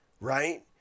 right